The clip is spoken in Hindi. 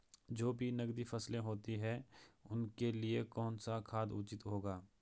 जो भी नकदी फसलें होती हैं उनके लिए कौन सा खाद उचित होगा?